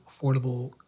affordable